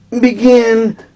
begin